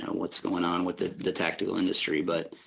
and what's going on with the the tactical industry. but,